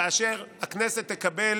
כאשר הכנסת תקבל